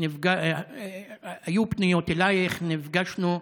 היו פניות אלייך, נפגשנו,